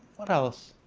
what else?